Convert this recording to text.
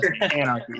anarchy